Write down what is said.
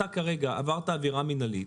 אתה כרגע עברת עבירה מינהלית.